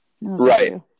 right